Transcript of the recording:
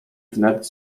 wnet